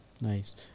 Nice